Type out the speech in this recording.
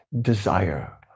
desire